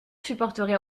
supporterait